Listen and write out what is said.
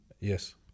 Yes